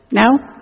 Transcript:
now